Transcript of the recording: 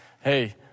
Hey